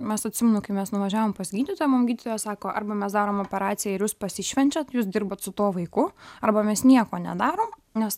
mes atsimenu kai mes nuvažiavom pas gydytoją mum gydytoja sako arba mes darom operaciją ir jūs pasišvenčiat jūs dirbat su tuo vaiku arba mes nieko nedarom nes